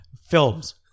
Films